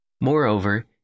Moreover